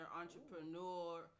entrepreneur